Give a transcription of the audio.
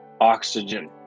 Oxygen